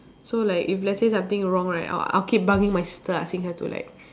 so like if let's say something wrong right I'll I'll keep bugging my sister asking her to like